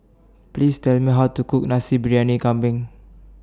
Please Tell Me How to Cook Nasi Briyani Kambing